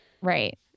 Right